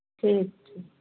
ठीक ठीक